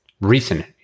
recent